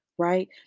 Right